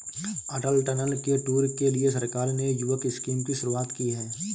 अटल tunnel के tour के लिए सरकार ने युवक स्कीम की शुरुआत की है